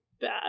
bad